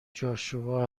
جاشوا